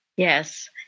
Yes